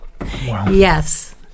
yes